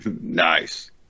nice